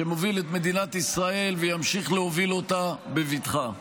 שמוביל את מדינת ישראל וימשיך להוביל אותה בבטחה.